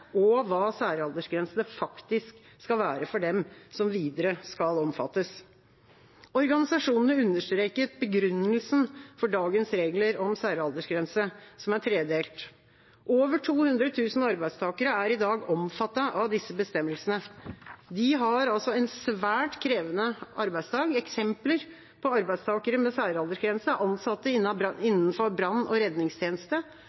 og hva særaldersgrensene faktisk skal være for dem som videre skal omfattes. Organisasjonene understreket begrunnelsen for dagens regler om særaldersgrense, som er tredelt. Over 200 000 arbeidstakere er i dag omfattet av disse bestemmelsene. De har en svært krevende arbeidsdag. Eksempler på arbeidstakere med særaldersgrense er ansatte